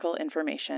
Information